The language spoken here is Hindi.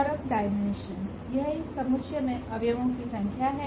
और अब डायमेंशन यह इस समुच्चय में अव्यवो की संख्या है